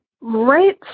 right